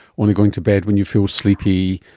only going to bed when you feel sleepy,